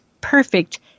perfect